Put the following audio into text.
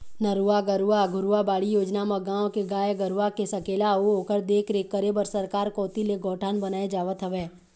नरूवा, गरूवा, घुरूवा, बाड़ी योजना म गाँव के गाय गरूवा के सकेला अउ ओखर देखरेख करे बर सरकार कोती ले गौठान बनाए जावत हवय